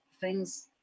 thing's